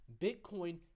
Bitcoin